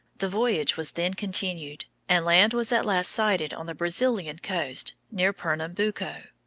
the voyage was then continued, and land was at last sighted on the brazilian coast, near pernambuco.